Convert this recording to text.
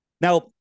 Now